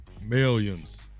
Millions